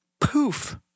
Poof